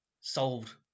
solved